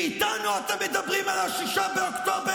ואיתנו אתם מדברים על 6 באוקטובר?